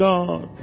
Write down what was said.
God